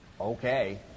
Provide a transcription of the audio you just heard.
Okay